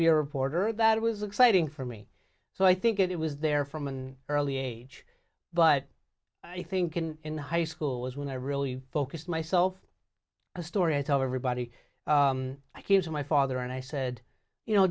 be a reporter that was exciting for me so i think it was there from in early age but i think in high school was when i really focused myself a story i tell everybody i came to my father and i said you know